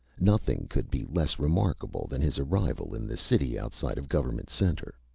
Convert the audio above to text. nothing could be less remarkable than his arrival in the city outside of government center.